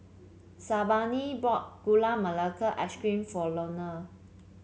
Sabina bought Gula Melaka Ice Cream for Lorne